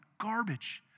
garbage